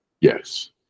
Yes